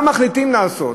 מה מחליטים לעשות?